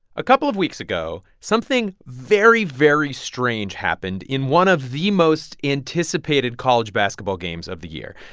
a couple of weeks ago, something very, very strange happened in one of the most anticipated college basketball games of the year.